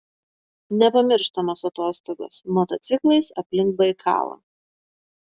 nepamirštamos atostogos motociklais aplink baikalą